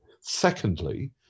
Secondly